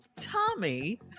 tommy